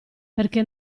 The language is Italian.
perché